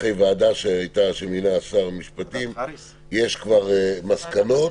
אחרי ועדה שמינה שר המשפטים, יש כבר מסקנות.